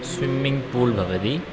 swimming pool भवति